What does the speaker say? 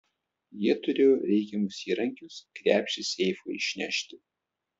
jie turėjo reikiamus įrankius krepšį seifui išnešti